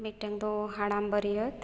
ᱢᱤᱫᱴᱟᱝᱫᱚ ᱦᱟᱲᱟᱢ ᱵᱟᱹᱨᱭᱟᱹᱛ